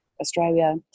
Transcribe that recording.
Australia